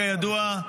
כידוע,